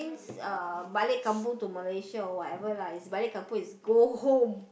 means uh blaik kampung to Malaysia or whatever lah is blaik kampung is go home